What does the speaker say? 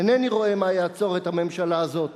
אינני רואה מה יעצור את הממשלה הזאת